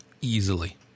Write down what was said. easily